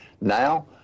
Now